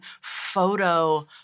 photo